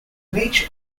leach